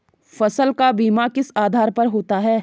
फसल का बीमा किस आधार पर होता है?